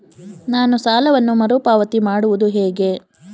ನಾನು ಸಾಲವನ್ನು ಮರುಪಾವತಿ ಮಾಡುವುದು ಹೇಗೆ?